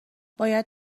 باید